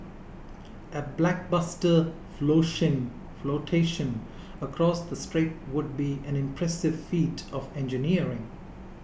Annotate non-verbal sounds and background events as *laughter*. a blockbuster *unintelligible* flotation across the strait would be an impressive feat of engineering